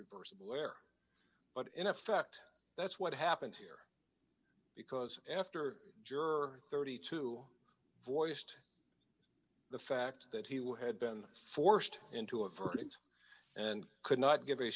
reversible error but in effect that's what happened here because after juror thirty two voiced the fact that he would had been forced into a verdict and could not give